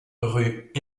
rue